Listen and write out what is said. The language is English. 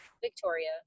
Victoria